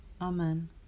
amen